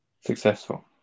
Successful